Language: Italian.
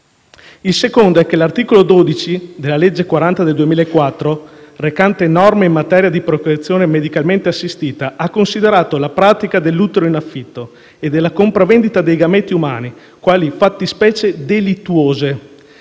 Il secondo è che l'articolo 12 della legge n. 40 del 2004, recante norme in materia di procreazione medicalmente assistita, ha considerato le pratiche dell'utero in affitto e della compravendita di gameti umani quali fattispecie delittuose.